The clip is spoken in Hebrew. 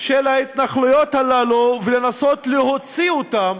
של ההתנחלויות האלה, ולנסות להוציא אותן,